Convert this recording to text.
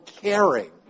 caring